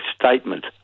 statement